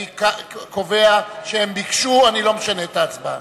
אני קובע שהם ביקשו, אני לא משנה את ההצבעה.